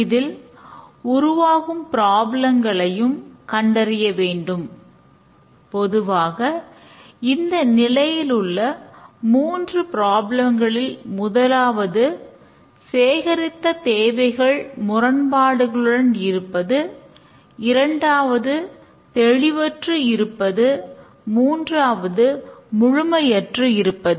அதில் உருவாகும் ப்ராப்ளங்களையும் முதலாவது சேகரித்த தேவைகள் முரண்பாடுகளுடன் இருப்பது இரண்டாவது தெளிவற்று இருப்பது மூன்றாவது முழுமையற்று இருப்பது